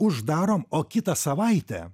uždarom o kitą savaitę